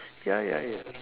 ya ya ya